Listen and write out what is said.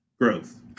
Growth